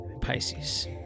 Pisces